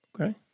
Okay